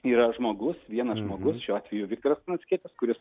yra žmogus vienas žmogus šiuo atveju viktoras pranckietis kuris